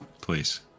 please